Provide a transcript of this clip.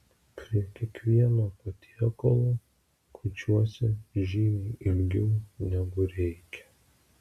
prie kiekvieno patiekalo kuičiuosi žymiai ilgiau negu reikia